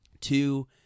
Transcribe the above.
Two